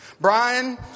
Brian